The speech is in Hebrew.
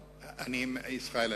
ישראל,